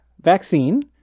vaccine